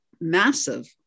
massive